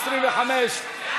25,